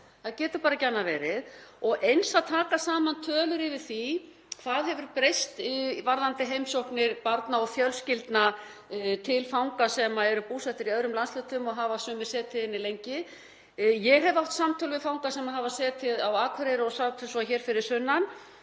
það getur bara ekki annað verið, og eins að taka saman tölur yfir það hvað hefur breyst varðandi heimsóknir barna og fjölskyldna fanga sem eru búsettir í öðrum landshlutum og hafa sumir setið inni lengi. Ég hef átt samtöl við fanga sem hafa setið inni á Akureyri og síðan hér fyrir sunnan